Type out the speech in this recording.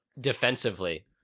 defensively